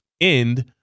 end